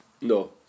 no